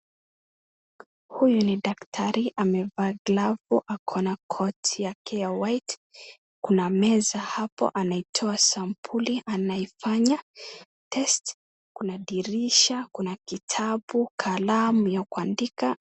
Huyu ni daktari, amevaa glavu, ako na koti yake ya white . Kuna meza hapo anaitoa sampuli anaifanya test . Kuna dirisha, kuna kitabu, kalamu ya kuandika.